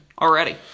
already